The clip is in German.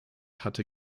hatte